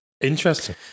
Interesting